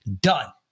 done